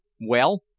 Well